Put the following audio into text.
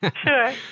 Sure